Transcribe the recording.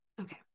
Okay